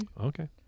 Okay